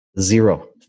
zero